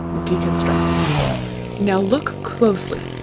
deconstruct now look closely,